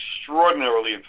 extraordinarily